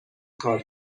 کار